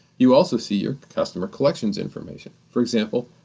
you also see your customer collections information, for example,